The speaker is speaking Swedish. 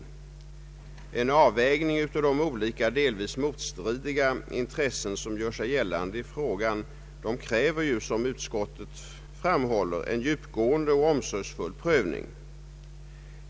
En avvägning av de olika delvis motstridiga intressen som gör sig gällande i frågan kräver, som utskottet framhåller, en djupgående och omsorgsfull prövning.